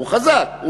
הוא חזק,